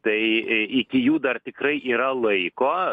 tai iki jų dar tikrai yra laiko